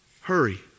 Hurry